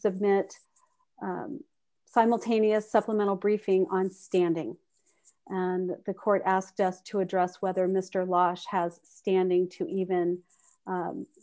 submit simultaneous supplemental briefing on standing and the court asked us to address whether mr last has standing to even